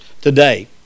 today